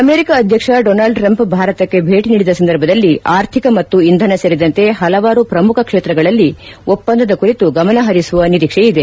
America ಅಧ್ಯಕ್ಷ Donald Trump ಭಾರತಕ್ಕೆ ಭೇಟಿ ನೀಡಿದ ಸಂದರ್ಭದಲ್ಲಿ ಆರ್ಥಿಕ ಮತ್ತು ಇಂಧನ ಸೇರಿದಂತೆ ಹಲವಾರು ಪ್ರಮುಖ ಕ್ಷೇತ್ರಗಳಲ್ಲಿ ಒಪ್ಪಂದದ ಕುರಿತು ಗಮನಹರಿಸುವ ನಿರೀಕ್ಷೆಯಿದೆ